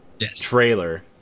trailer